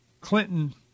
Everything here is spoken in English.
Clinton